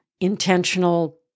intentional